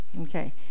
Okay